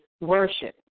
worship